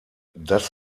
das